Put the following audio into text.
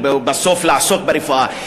או בסוף לעסוק ברפואה,